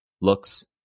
looks